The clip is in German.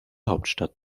hauptstadt